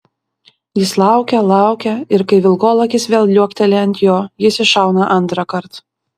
jis laukia laukia ir kai vilkolakis vėl liuokteli ant jo jis iššauna antrąkart